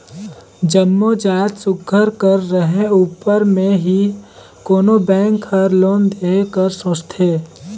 जम्मो जाएत सुग्घर कर रहें उपर में ही कोनो बेंक हर लोन देहे कर सोंचथे